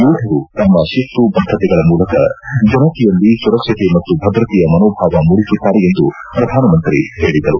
ಯೋಧರು ತಮ್ಮ ಶಿಸ್ತು ಬದ್ಧತೆಗಳ ಮೂಲಕ ಜನತೆಯಲ್ಲಿ ಸುರಕ್ಷತೆ ಮತ್ತು ಭದ್ರತೆಯ ಮನೋಭಾವ ಮೂಡಿಸುತ್ತಾರೆ ಎಂದು ಪ್ರಧಾನಮಂತ್ರಿ ಹೇಳಿದರು